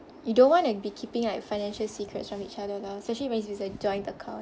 you don't want to be keeping like financial secrets from each other lah especially when it's a joint account